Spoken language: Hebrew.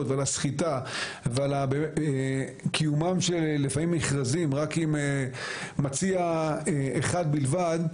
ועל הסחיטה ועל קיומם לפעמים של מכרזים עם מציע אחד בלבד,